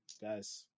guys